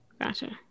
Gotcha